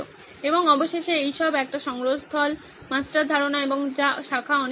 এবং অবশেষে এই সব একটি সংগ্রহস্থল মাস্টার ধারণা এবং যা শাখা অনেক চলছে